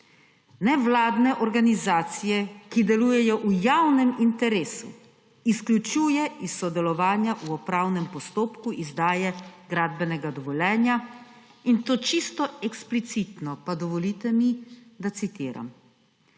Nevladne organizacije, ki delujejo v javnem interesu, izključuje iz sodelovanja v upravnem postopku izdaje gradbenega dovoljenja, in to čisto eksplicitno. Dovolite mi, da citiram: